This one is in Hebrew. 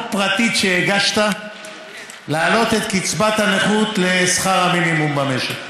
פרטית שהגשת להעלות את קצבת הנכות לשכר המינימום במשק.